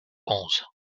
onze